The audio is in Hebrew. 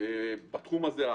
בתחום הזה.